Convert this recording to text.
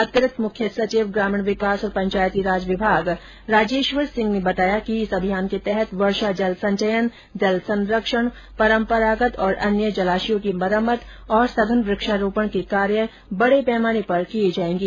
अतिरिक्त मुख्य सचिव ग्रामीण विकास और पंचायती विभाग राजेश्वर सिंह ने बताया कि इस अभियान के तहत वर्षा जल संचयन जल संरक्षण परम्परागत और अन्य जलाशयों का जीर्णोद्वार और सघन वृक्षारोपण के कार्य बड़े पैमाने पर किए जाएंगे